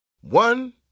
One